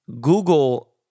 Google